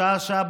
שעה-שעה,